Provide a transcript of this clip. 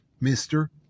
mister